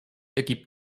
ergibt